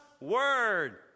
word